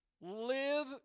live